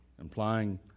implying